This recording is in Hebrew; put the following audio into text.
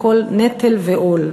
הכול נטל ועול.